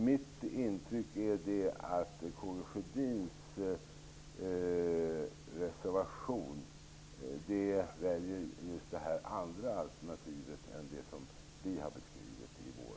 Mitt intryck är att K G Sjödin i sin reservation väljer just det andra alternativet och inte det vi har beskrivit i vår motion.